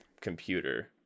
computer